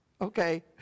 Okay